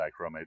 dichromate